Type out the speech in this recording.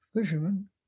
fisherman